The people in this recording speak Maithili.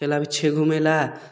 चलि आबय छियै घुमय लए